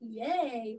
yay